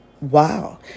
wow